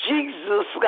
Jesus